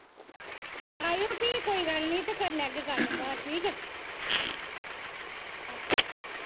आएओ फ्ही कोई गल्ल निं ते कर लैगे गल्ल घर ठीक ऐ अच्छा